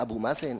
ואבו מאזן